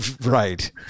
right